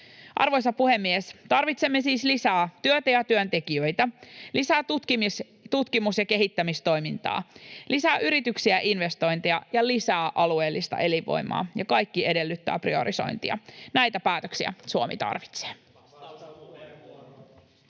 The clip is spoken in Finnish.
Arvoisa puhemies! Tarvitsemme siis lisää työtä ja työntekijöitä, lisää tutkimus- ja kehittämistoimintaa, lisää yrityksiä ja investointeja ja lisää alueellista elinvoimaa, ja kaikki edellyttää priorisointia. Näitä päätöksiä Suomi tarvitsee.